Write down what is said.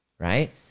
Right